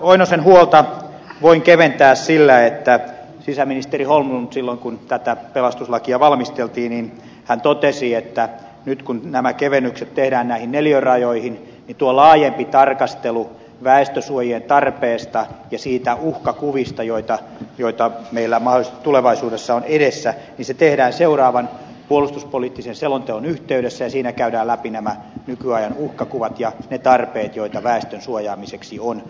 oinosen huolta voin keventää sillä että sisäministeri holmlund silloin kun tätä pelastuslakia valmisteltiin totesi että nyt kun nämä kevennykset tehdään näihin neliörajoihin niin tuo laajempi tarkastelu väestösuojien tarpeesta ja niistä uhkakuvista joita meillä mahdollisesti tulevaisuudessa on edessä tehdään seuraavan puolustuspoliittisen selonteon yhteydessä ja siinä käydään läpi nämä nykyajan uhkakuvat ja ne tarpeet joita väestön suojaamiseksi on